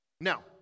Now